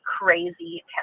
crazy